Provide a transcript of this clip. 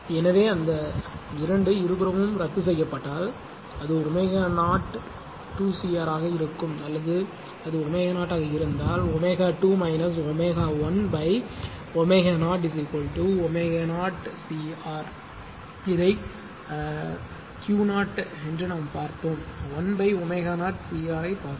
எனவே அந்த 2 இருபுறமும் ரத்து செய்யப்பட்டால் அது ω0 2 CR ஆக இருக்கும் அல்லது அது ω0 ஆக இருந்தால் ω2 ω 1 ω0 ω0 CR இதை Q0 நாம் பார்த்தோம் 1 ω0 CR ஐப் பார்த்தோம்